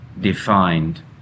defined